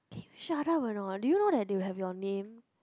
shut up or not do you know that they will have your name